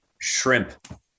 Shrimp